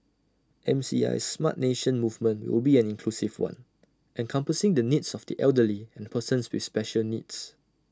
M C I's Smart Nation movement will be an inclusive one encompassing the needs of the elderly and persons with special needs